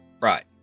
Right